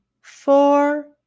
four